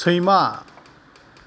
सैमा